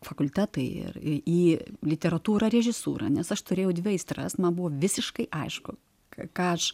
fakultetai ir į literatūrą režisūrą nes aš turėjau dvi aistras man buvo visiškai aišku ką aš